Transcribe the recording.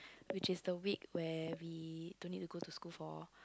which is the week where we don't need to go to school for